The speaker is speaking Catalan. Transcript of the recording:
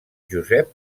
josep